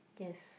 yes